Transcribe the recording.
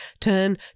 turn